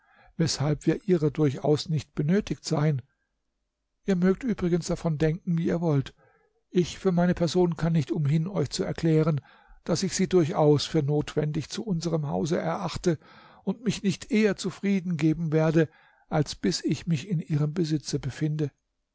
weshalb wir ihrer durchaus nicht benötigt seien ihr mögt übrigens davon denken wie ihr wollt ich für meine person kann nicht umhin euch zu erklären daß ich sie durchaus für notwendig zu unserm hause erachte und mich nicht eher zufrieden geben werde als bis ich mich in ihrem besitze befinde